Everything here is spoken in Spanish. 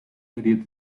serie